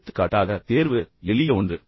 எடுத்துக்காட்டாக தேர்வு எளிய ஒன்று